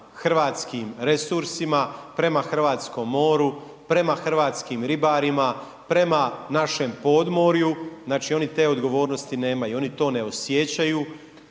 hrvatskim resursima, prema hrvatskom moru, prema hrvatskim ribarima, prema našem podmorju, znači, oni te odgovornosti nemaju, oni to ne osjećaju,